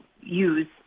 use